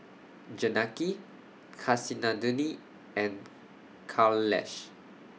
Janaki Kasinadhuni and Kailash